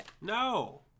No